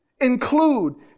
include